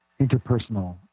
interpersonal